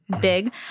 big